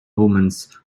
omens